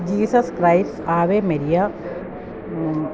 Jesus Christ Ave Maria